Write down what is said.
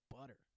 butter